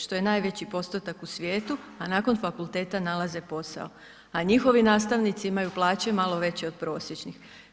Što je najveći postotak u svijetu, a nakon fakulteta nalaze posao, a njihovi nastavnici imaju plaće malo veće od prosječnih.